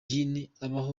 bitavuze